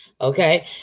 okay